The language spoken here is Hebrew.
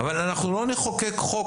אבל אנחנו לא נחוקק חוק,